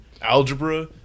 algebra